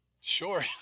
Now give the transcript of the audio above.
Sure